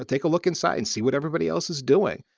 ah take a look inside and see what everybody else is doing.